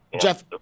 Jeff